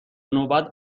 نوبت